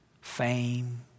fame